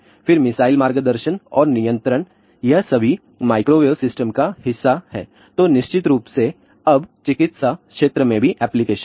फिर मिसाइल मार्गदर्शन और नियंत्रण यह सभी माइक्रोवेव सिस्टम का हिस्सा है तो निश्चित रूप से अब चिकित्सा क्षेत्र में भी एप्लीकेशन हैं